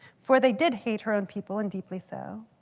for they did hate her own people, and deeply so.